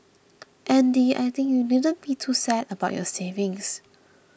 Andy I think you needn't be too sad about your savings